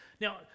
Now